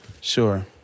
Sure